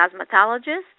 cosmetologist